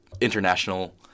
international